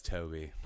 Toby